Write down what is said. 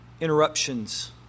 interruptions